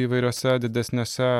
įvairiuose didesniuose